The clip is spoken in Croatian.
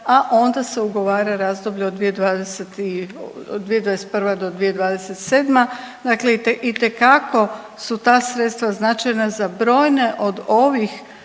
a onda se ugovora razdoblje od 2021. do 2027. Dakle, itekako su ta sredstva značajna za brojne od ovih